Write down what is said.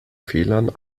fehlern